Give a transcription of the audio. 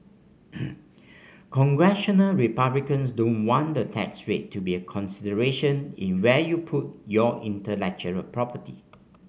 congressional republicans don't want the tax rate to be a consideration in where you put your intellectual property